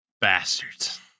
bastards